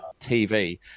TV